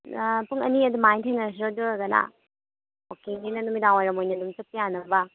ꯄꯨꯡ ꯑꯅꯤ ꯑꯗꯨꯃꯥꯏ ꯊꯦꯡꯅꯔꯁꯤꯔꯣ ꯑꯗꯨ ꯑꯣꯏꯔꯒꯅ ꯋꯥꯛꯀꯤꯡꯅꯤꯅ ꯅꯨꯃꯤꯗꯥꯡ ꯋꯥꯏꯔꯝ ꯑꯣꯏꯅ ꯑꯗꯨꯝ ꯆꯠꯄ ꯌꯥꯅꯕ